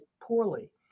poorly